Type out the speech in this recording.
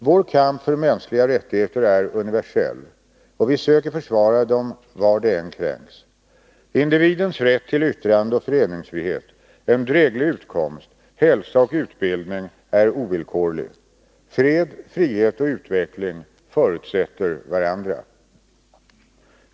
Vår kamp för mänskliga rättigheter är universell, och vi söker försvara dem var de än kränks. Individens rätt till yttrandeoch föreningsfrihet, en dräglig utkomst, hälsa och utbildning är ovillkorlig. Fred, frihet och utveckling förutsätter varandra.